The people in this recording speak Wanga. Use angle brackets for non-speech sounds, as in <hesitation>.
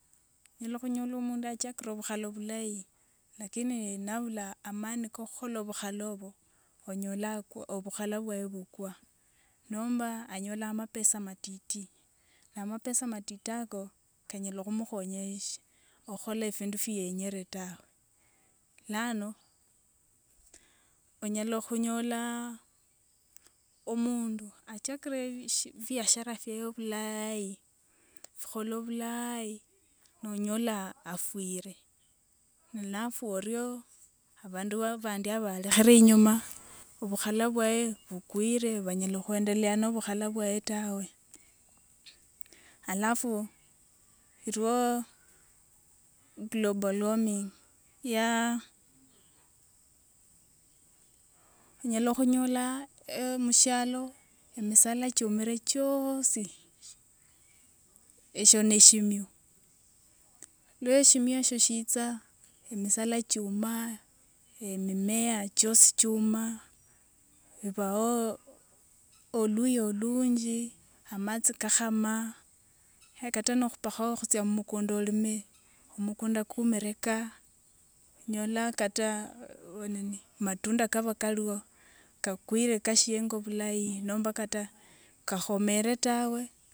Nyala khunyola omundu achakire obukhala bulayi lakini nabula amani kokhukhola bukhala obo onyola aku obukhula bwaye bukwa, nomba anyolaa mapesa matiti na matiti ako kanyala khumukhonya shi ekhukhola findu fye yenyere tawe. Lano onyala khunyolaa omundu achakire shi fiashara fyaye obulayi, fokhola bulayi nonyola afwire, ninafwa orio abandu wabandi abalekhere inyuma obukhala bwaye bukwire banyala khwendeleya nobukhala bwaye tawe. Alafu iliwo global warming ya <hesitation> onyala khunyola <hesitation> mushialo emisala chiumire chiosi, eshio neshimyu, lwe shimyu eshio shitsa emisala chiuma, emimea chosi chiuma, bibawo oluya olunji, amatsi kakhama khe kata nokhupakho khutsia mumukunda olime omukunda kuumire kaa! Onyola kata oo ninii matunda kaba kaliwo kwakwire kashienga bulayi nomba kata kakhomere tawe.